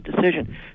decision